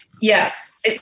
yes